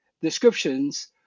descriptions